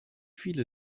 viele